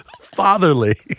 fatherly